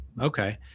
Okay